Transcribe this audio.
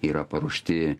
yra paruošti